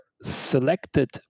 selected